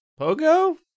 Pogo